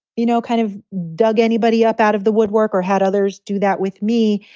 you know, kind of dug anybody up out of the woodwork or had others do that with me.